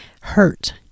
hurt